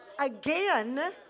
again